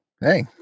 Hey